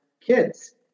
kids